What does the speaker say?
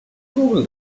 google